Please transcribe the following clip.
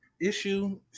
Issue